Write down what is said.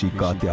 got yeah